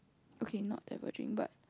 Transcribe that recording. okay not diverging but